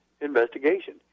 investigation